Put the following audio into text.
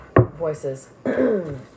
voices